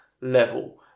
level